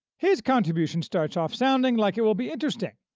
his contribution starts off sounding like it will be interesting,